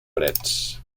freds